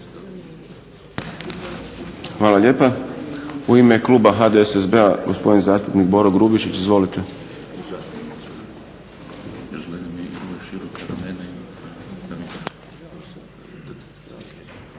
Hvala lijepa. U ime kluba HDSSB-a, gospodin zastupnik Boro Grubišić. Izvolite.